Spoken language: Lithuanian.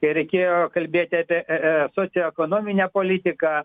ir reikėjo kalbėti apie socioekonominę politiką